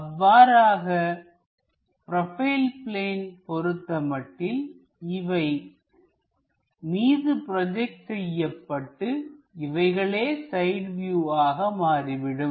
அவ்வாறாகவே profile plane பொறுத்தமட்டில் இவை மீது ப்ரோஜெக்ட் செய்யப்பட்டு இவைகளே சைடு வியூ ஆக மாறிவிடும்